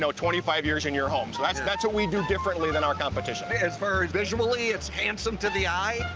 so twenty five years in your home. so that's that's what we do differently than our competition. as far as visually, it's handsome to the eye.